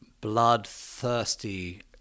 bloodthirsty